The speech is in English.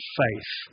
faith